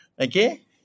Okay